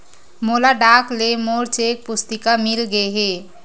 मोला डाक ले मोर चेक पुस्तिका मिल गे हे